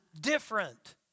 different